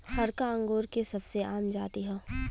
हरका अंगूर के सबसे आम जाति हौ